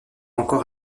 encore